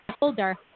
older